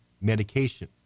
medication